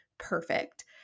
Perfect